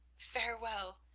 farewell,